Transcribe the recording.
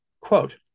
Quote